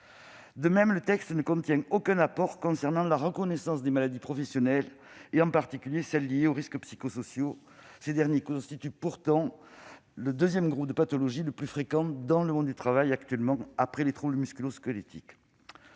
De même, le texte ne contient aucun apport concernant la reconnaissance des maladies professionnelles, en particulier celles qui sont liées aux risques psychosociaux. Ces derniers constituent pourtant le deuxième groupe de pathologies les plus fréquentes dans le monde du travail, après les troubles musculo-squelettiques.